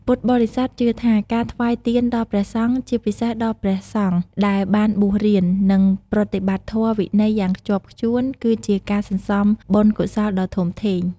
ពុទ្ធបរិស័ទជឿថា ការថ្វាយទានដល់ព្រះសង្ឃ ជាពិសេសដល់ព្រះសង្ឃដែលបានបួសរៀន និងប្រតិបត្តិធម៌វិន័យយ៉ាងខ្ជាប់ខ្ជួន គឺជាការសន្សំបុណ្យកុសលដ៏ធំធេង។